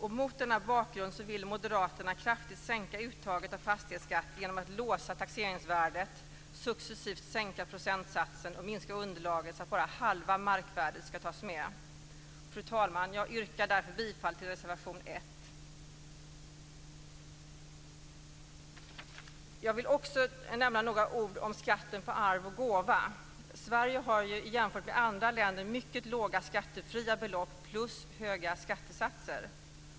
Mot denna bakgrund vill Moderaterna kraftigt sänka uttaget av fastighetsskatt genom att låsa taxeringsvärdet, successivt sänka procentsatsen och minska underlaget så att bara halva markvärdet ska tas med. Fru talman! Jag yrkar därför bifall till reservation Jag vill också nämna några ord om skatten på arv och gåva. Sverige har jämfört med andra länder mycket låga skattefria belopp plus höga skattesatser.